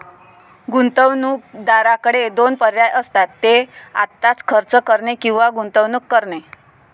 गुंतवणूकदाराकडे दोन पर्याय असतात, ते आत्ताच खर्च करणे किंवा गुंतवणूक करणे